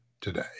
today